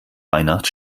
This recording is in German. weihnacht